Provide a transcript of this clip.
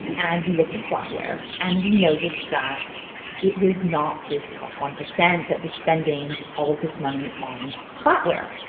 and we looked at flatware, and we noticed that it was not this top one percent that was spending all of this money on flatware.